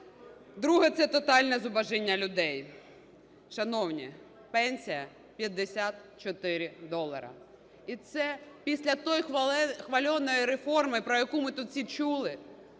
Друге – це тотальне зубожіння людей. Шановні, пенсія – 54 долари. І це після той хваленой реформи, про яку ми тут всі чули.